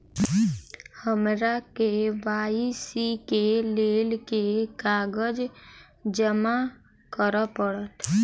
हमरा के.वाई.सी केँ लेल केँ कागज जमा करऽ पड़त?